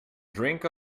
drink